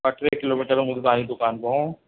ॿ टे किलोमीटर दूर आहियूं तव्हांजी दुकान खां